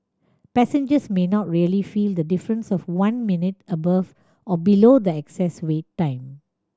passengers may not really feel the difference of one minute above or below the excess wait time